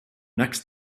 next